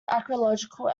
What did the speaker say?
archaeological